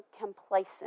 complacent